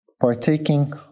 partaking